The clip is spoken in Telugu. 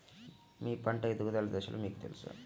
మీ పంట ఎదుగుదల దశలు మీకు తెలుసా?